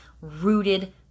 rooted